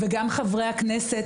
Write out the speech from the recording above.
וגם חברי הכנסת,